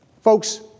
Folks